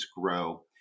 grow